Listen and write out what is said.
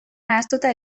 nahastuta